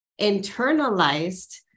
internalized